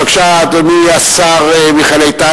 בבקשה, אדוני השר מיכאל איתן.